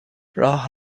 راه